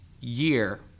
year